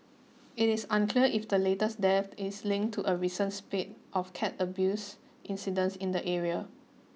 it is unclear if the latest death is linked to a recent spate of cat abuse incidents in the area